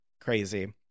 crazy